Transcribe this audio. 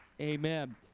Amen